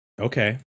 Okay